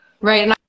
Right